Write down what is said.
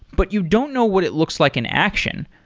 but you don't know what it looks like in action,